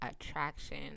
attraction